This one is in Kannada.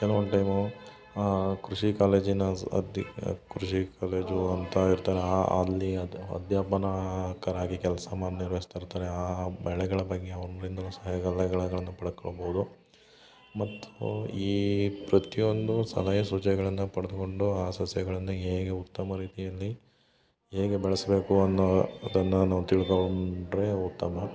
ಕೆಲವೊಂದು ಟೈಮೂ ಕೃಷಿ ಕಾಲೇಜಿನ ಸ್ ಕೃಷಿ ಕಾಲೇಜು ಅಂತ ಇರ್ತಾರ ಆ ಅಲ್ಲಿ ಅದು ಅಧ್ಯಾಪಕರಾಗಿ ಕೆಲಸ ಮಾಡಿ ನಿರ್ವಹಿಸ್ತಿರ್ತಾರೆ ಆ ಬೆಳೆಗಳ ಬಗ್ಗೆ ಯಾವಗಲಿಂದ ಒಂದು ಗಳನ್ನು ಪಡ್ಕೊಳ್ಬಹುದು ಮತ್ತು ಈ ಪ್ರತಿಯೊಂದು ಸಲಹೆ ಸೂಚನೆಗಳನ್ನ ಪಡ್ದ್ಕೊಂಡು ಆ ಸಸ್ಯಗಳನ್ನ ಹೇಗೆ ಉತ್ತಮ ರೀತಿಯಲ್ಲಿ ಹೇಗೆ ಬೆಳಸಬೇಕು ಅನ್ನೋದನ್ನ ನಾವು ತಿಳ್ಕೊಂಡರೇ ಉತ್ತಮ